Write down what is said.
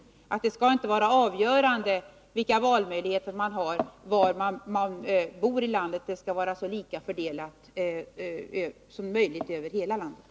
Valmöjligheterna skall inte vara beroende av var i landet man är bosatt, utan de skall vara så lika som möjligt i hela landet.